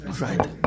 Right